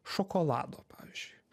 šokolado pavyzdžiui